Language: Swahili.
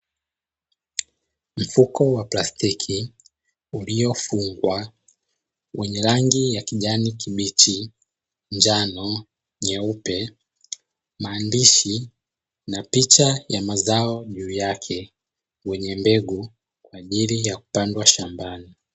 Mfuko wa plastiki uliyofungwa wenye rangi ya kijani kibichi njano nyeupe maandishi na picha ya mazao juu yake wenye mbegu kwa ajili ya kupandwa shambani.